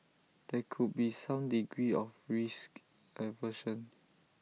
there could be some degree of risk aversion